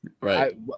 Right